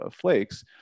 flakes